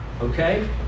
okay